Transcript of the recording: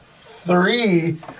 Three